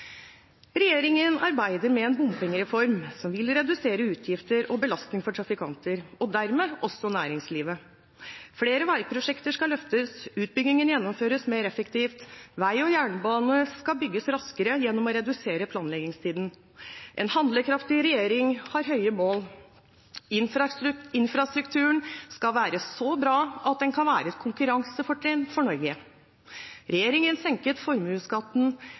regjeringen. Regjeringen arbeider med en bompengereform som vil redusere utgifter og belastning for trafikanter, og dermed også for næringslivet. Flere veiprosjekter skal løftes, og utbyggingen gjennomføres mer effektivt. Vei og jernbane skal bygges raskere gjennom å redusere planleggingstiden. En handlekraftig regjering har høye mål. Infrastrukturen skal være så bra at den kan være et konkurransefortrinn for Norge. Regjeringen senket formuesskatten